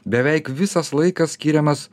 beveik visas laikas skiriamas